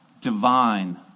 Divine